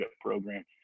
program